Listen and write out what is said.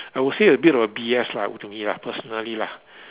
I would say a bit of B_S lah to me lah personally lah